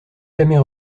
jamais